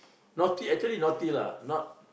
naughty actually naughty lah not